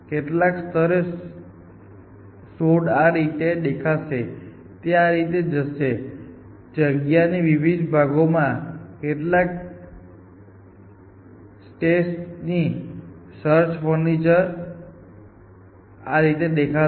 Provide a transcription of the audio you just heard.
કેટલાક સ્તરે શોધ આ રીતે દેખાશે તે આ રીતે જશે અને જગ્યાના વિવિધ ભાગોમાં કેટલાક સ્ટેપ્સ નીચે અને સર્ચ ફ્રન્ટિયર આ રીતે દેખાશે